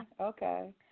Okay